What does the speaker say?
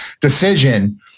decision